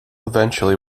eventually